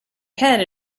head